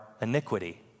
iniquity